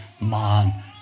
man